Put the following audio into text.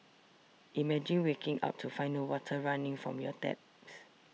imagine waking up to find no water running from your taps